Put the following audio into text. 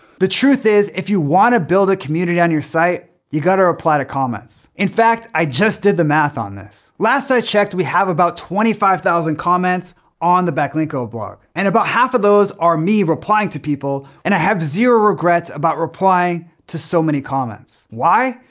the truth is if you wanna build a community on your site, you gotta reply to comments. in fact, i just did the math on this. last i checked, we have about twenty five thousand comments on the backlinko blog. and about half of those are me replying to people, and i have zero regrets about replying to so many comments. why?